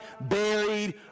buried